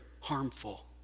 harmful